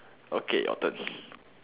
okay your turn